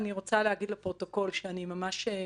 לא.